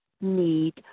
need